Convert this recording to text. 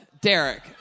Derek